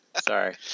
Sorry